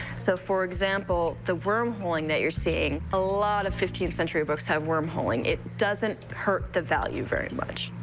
so, for example, the wormholing that you're seeing, a lot of fifteenth century books have wormholing. it doesn't hurt the value very much.